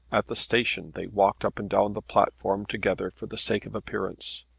at the station they walked up and down the platform together for the sake of appearance,